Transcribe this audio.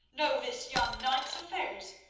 know this young knight's affairs,